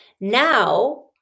Now